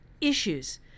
issues